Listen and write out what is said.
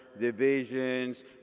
divisions